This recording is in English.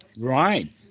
Right